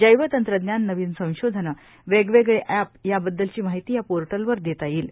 जैव तंत्रज्ञान नवीन संशोधन वेगवेगळे अ्ॅप या बद्दलची माहिती या पोर्टलवर देता येईल